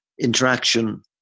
interaction